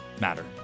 matter